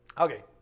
Okay